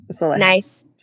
Nice